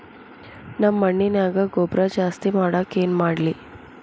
ನಮ್ಮ ಮಣ್ಣಿನ್ಯಾಗ ಗೊಬ್ರಾ ಜಾಸ್ತಿ ಮಾಡಾಕ ಏನ್ ಮಾಡ್ಲಿ?